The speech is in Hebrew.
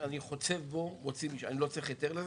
חוצב בו אני לא צריך היתר לזה?